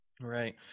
Right